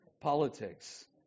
Politics